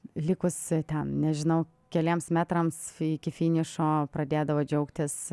likusi ten nežinau keliems metrams iki finišo pradėdavo džiaugtis